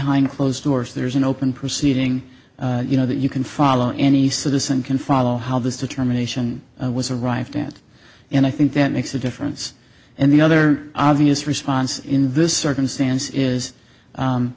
hind closed doors there's an open proceeding you know that you can follow any citizen can follow how this determination was arrived at and i think that makes a difference and the other obvious response in this circumstance is